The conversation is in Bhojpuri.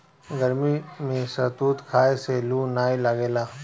गरमी में शहतूत खाए से लूह नाइ लागेला